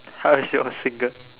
how's your single